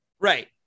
Right